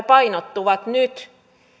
painottuvat nyt